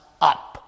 up